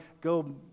Go